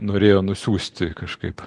norėjo nusiųsti kažkaip